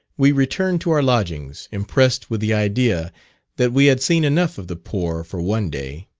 we returned to our lodgings, impressed with the idea that we had seen enough of the poor for one day.